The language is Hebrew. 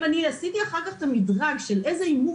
אם עשיתי אחר כך את המדרג של איזה הימור